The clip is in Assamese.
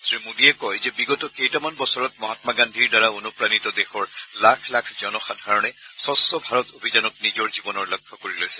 শ্ৰী মোডীয়ে কয় যে বিগত কেইটামান বছৰত মহামা গান্ধীৰ দ্বাৰা অনুপ্ৰাণিত দেশৰ লাখ লাখ জনসাধাৰণে স্বচ্ছ ভাৰত অভিযানক নিজৰ জীৱনৰ লক্ষ্য কৰি লৈছে